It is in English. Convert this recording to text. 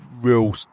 real